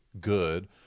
good